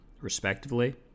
respectively